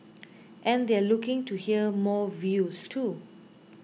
and they're looking to hear more views too